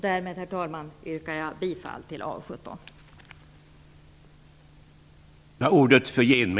Därmed, herr talman, yrkar jag bifall till hemställan i AU17.